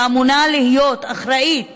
שאמונה על להיות אחראית